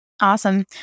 Awesome